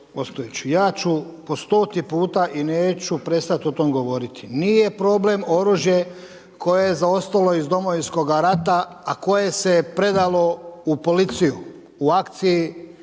ja ću po stoti puta i neću prestat o tome govoriti. Nije problem oružje koje je zaostalo iz Domovinskoga rata, a koje se predalo u policiju u akciji